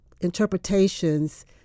interpretations